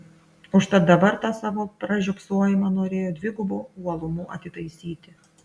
užtat dabar tą savo pražiopsojimą norėjo dvigubu uolumu atitaisyti